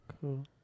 Cool